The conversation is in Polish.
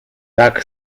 tak